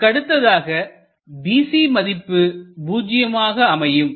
அதற்கடுத்ததாக BC மதிப்பு பூஜ்ஜியமாக அமையும்